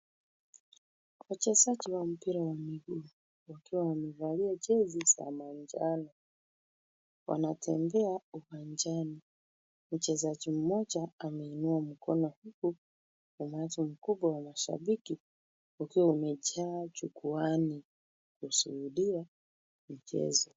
Wachezaji wa mpira wa miguu wakiwa wamevalia jezi za manjano wanatembea uwanjani. Mchezaji mmoja ameinua mkono huku umati mkubwa wa mashabiki ukiwa umejaa jukwaani ukishuhudia mchezo.